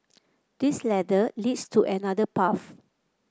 this ladder leads to another path